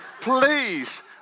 Please